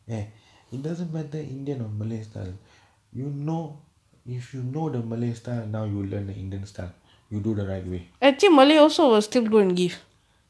ya it doesn't matter indian or malay style you know if you know the malay style now you'll learn the indian style you do the right way